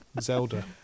Zelda